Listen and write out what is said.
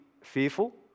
fearful